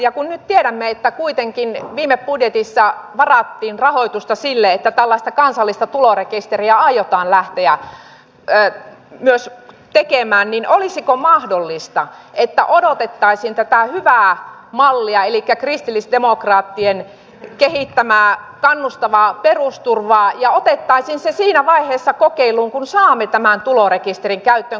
ja kun nyt tiedämme että kuitenkin viime budjetissa varattiin rahoitusta siihen että tällaista kansallista tulorekisteriä aiotaan lähteä myös tekemään niin olisiko mahdollista että odotettaisiin tätä hyvää mallia elikkä kristillisdemokraattien kehittämää kannustavaa perusturvaa ja otettaisiin se siinä vaiheessa kokeiluun kun saamme tämän tulorekisterin käyttöön